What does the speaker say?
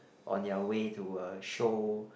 on their way to uh show